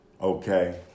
okay